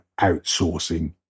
outsourcing